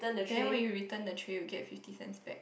then when you return the try you get fifty cents back